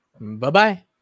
Bye-bye